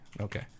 Okay